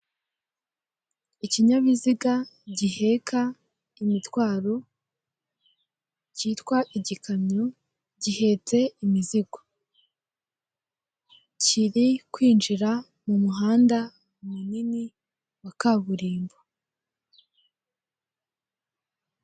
Ikinyabiziga giheka imitwaro kitwa igikamyo, gihetse imizigo. Kiri kwinjira mumuhanda munini wa kaburimbo.